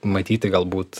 matyti galbūt